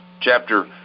chapter